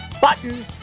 button